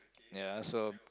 ya so